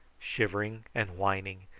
shivering and whining,